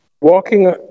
Walking